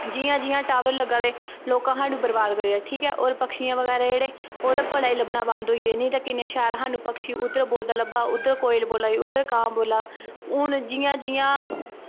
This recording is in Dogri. जियां जियां ट़ॉवर लग्गा दे लोकां स्हानू बरबाद करी ओड़ेआ ते पक्षी ओह् ते भलेआं गै लब्भनां बंदा होई गेदे नेंई तां किन्नें शैल स्हानू उध्दरा दा बोलदा लब्भा उध्दर कोयल बोल्ला दी उध्दर कां बोल्ला दा हून जियां जियां